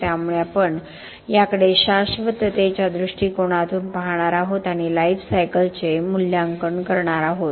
त्यामुळे आपण याकडे शाश्वततेच्या दृष्टिकोनातून पाहणार आहोत आणि लाईफ सायकलचे मूल्यांकन करणार आहोत